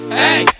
hey